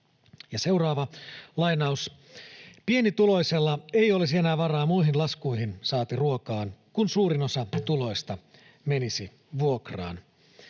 ohella.” ”Pienituloisella ei olisi enää varaa muihin laskuihin, saati ruokaan, kun suurin osa tuloista menisi vuokraan.”